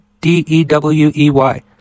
D-E-W-E-Y